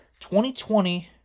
2020